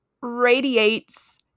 radiates